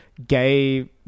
Gay